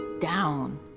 down